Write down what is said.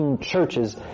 churches